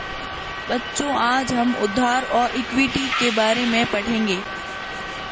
बच्चों आज हम उधार और इक्विटी के बारे में पढ़ेंगे